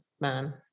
man